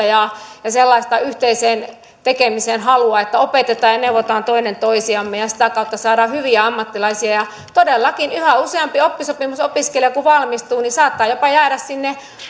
ja ja sellaista yhteisen tekemisen halua että opetetaan ja neuvotaan toinen toistamme ja sitä kautta saadaan hyviä ammattilaisia todellakin yhä useampi oppisopimusopiskelija kun valmistuu saattaa jopa jäädä siihen